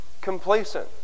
complacent